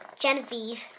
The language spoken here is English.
Genevieve